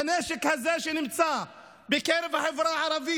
הנשק הזה שנמצא בקרב החברה הערבית,